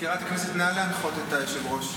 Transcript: מזכירת הכנסת, נא להנחות את היושב-ראש.